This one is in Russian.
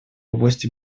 области